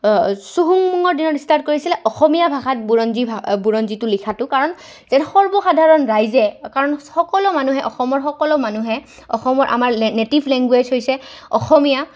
চুহুমুঙৰ দিনত ষ্টাৰ্ট কৰিছিলে অসমীয়া ভাষাত বুৰঞ্জী বুৰঞ্জীটো লিখাটো কাৰণ যেন সৰ্বসাধাৰণ ৰাইজে কাৰণ সকলো মানুহে অসমৰ সকলো মানুহে অসমৰ আমাৰে নেটিভ লেংগুৱেজ হৈছে অসমীয়া